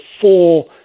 four